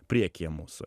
priekyje mūsų